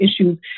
issues